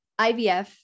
IVF